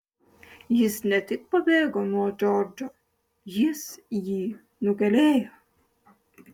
jis ne tik pabėgo nuo džordžo jis jį nugalėjo